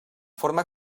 fórmula